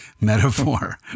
metaphor